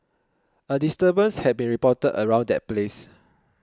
a disturbance had been reported around that place